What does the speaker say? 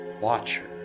watcher